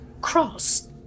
cross